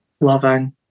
loving